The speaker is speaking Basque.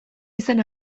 izen